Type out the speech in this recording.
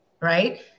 Right